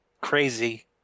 crazy